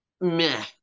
meh